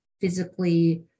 physically